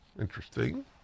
Interesting